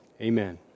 Amen